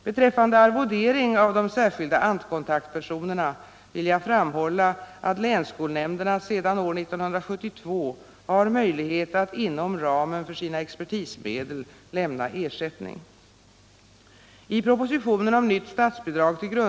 Beträffande arvodering av de särskilda ANT-kontaktpersonerna vill jag framhålla att länsskolnämnderna sedan år 1972 har möjlighet att inom ramen för sina expertismedel lämna ersättning.